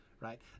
right